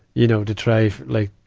you know, to try for, like,